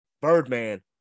Birdman